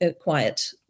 quiet